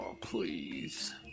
Please